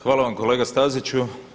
Hvala vam kolega Staziću.